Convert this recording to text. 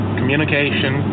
communication